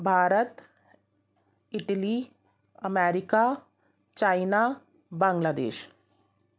Bharat Italy America China Bangladesh